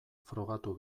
frogatu